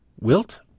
Wilt